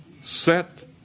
Set